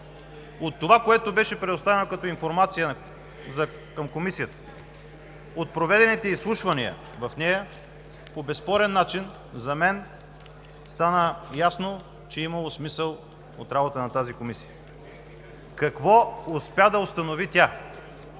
От това, което беше предоставено като информация към Комисията, от проведените изслушвания в нея, по безспорен начин за мен стана ясно, че е имало смисъл от работата на тази Комисия. Какво успя да установи тя?